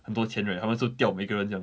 很多钱 right 他们就吊每个人这样